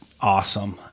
awesome